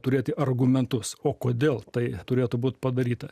turėti argumentus o kodėl tai turėtų būt padaryta